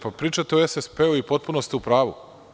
Pričate o SSP i potpuno ste u pravu.